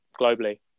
globally